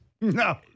No